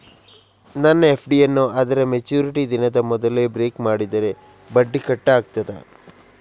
ನನ್ನ ಎಫ್.ಡಿ ಯನ್ನೂ ಅದರ ಮೆಚುರಿಟಿ ದಿನದ ಮೊದಲೇ ಬ್ರೇಕ್ ಮಾಡಿದರೆ ಬಡ್ಡಿ ಕಟ್ ಆಗ್ತದಾ?